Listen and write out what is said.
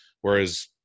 Whereas